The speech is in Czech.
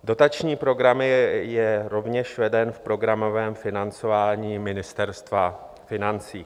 Dotační program je rovněž v programovém financování Ministerstva financí.